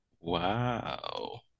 Wow